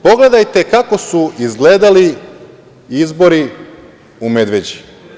Pogledajte kako su izgledali izbori u Medveđi?